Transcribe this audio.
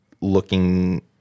looking